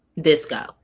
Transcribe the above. Disco